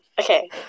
Okay